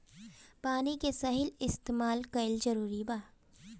पानी के सही इस्तेमाल कइल जरूरी बा